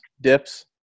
dips